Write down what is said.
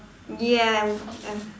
ya I'm